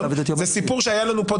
זה סיפור שהיה לנו פה,